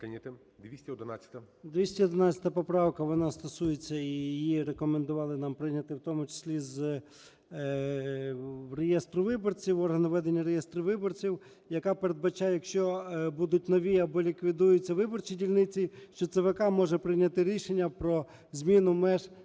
211 поправка, вона стосується і її рекомендували нам прийняти в тому числі з… в реєстр виборців, органи ведення реєстру виборців, яка передбачає, якщо будуть нові або ліквідуються виборчі дільниці, що ЦВК може прийняти рішення про зміну меж